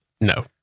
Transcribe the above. No